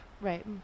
Right